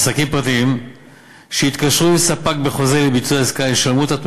עסקים פרטיים שהתקשרו עם ספק בחוזה לביצוע עסקה ישלמו את התמורה